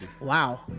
Wow